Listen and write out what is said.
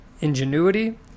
ingenuity